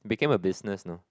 became a business know